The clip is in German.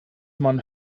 man